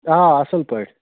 آ اَصٕل پٲٹھۍ